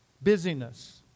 Busyness